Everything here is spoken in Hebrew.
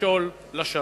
מכשול לשלום.